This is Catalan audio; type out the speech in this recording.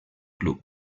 club